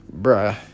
bruh